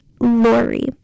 Lori